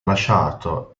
lasciato